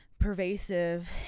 pervasive